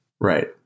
right